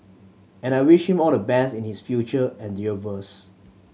and I wish all the best in his future endeavours